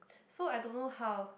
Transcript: so I don't know how